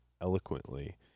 eloquently